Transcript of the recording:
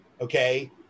okay